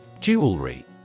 Jewelry